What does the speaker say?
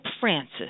Francis